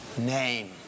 name